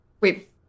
Wait